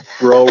bro